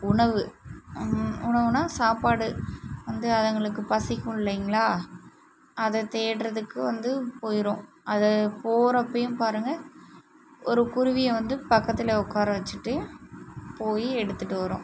உணவு உணவுன்னா சாப்பாடு வந்து அதுங்களுக்கு பசிக்கும் இல்லைங்களா அதை தேடுகிறதுக்கு வந்து போயிடும் அது போகிறப்பையும் பாருங்கள் ஒரு குருவியை வந்து பக்கத்தில் உட்கார வச்சுட்டு போய் எடுத்துகிட்டு வரும்